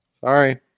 Sorry